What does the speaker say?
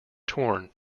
torn